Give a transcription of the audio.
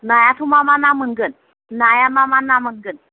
नायाथ' मा मा ना मोनगोन नाया मा मा ना मोनगोन